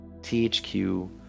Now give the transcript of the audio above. thq